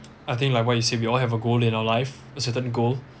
I think like what you said we all have a goal in our life a certain goal